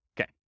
Okay